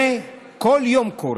זה קורה כל יום.